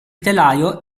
telaio